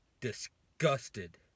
disgusted